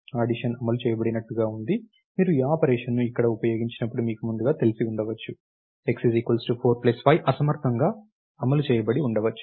audition అమలు చేయబడినట్లుగా ఉంది మీరు ఈ ఆపరేషన్ను ఇక్కడ ఉపయోగించినప్పుడు మీకు ముందుగా తెలిసి ఉండవచ్చు x 4 ప్లస్ 5 అసమర్థంగా అమలు చేయబడి ఉండవచ్చు